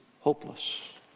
hopeless